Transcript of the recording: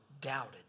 doubted